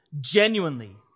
genuinely